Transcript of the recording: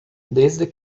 desde